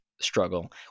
struggle